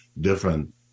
different